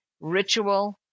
ritual